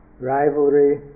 rivalry